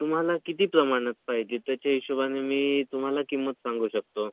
तुम्हाला किती प्रमाणात पाहिजे त्याच्या हिशेबाने मी तुम्हाला किंमत सांगू शकतो